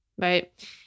right